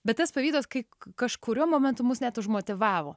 bet tas pavydas kai kažkuriuo momentu mus net už motyvavo